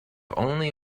only